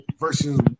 Versus